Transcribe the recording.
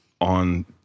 on